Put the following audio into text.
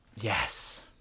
Yes